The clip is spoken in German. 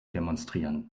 demonstrieren